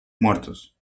muertos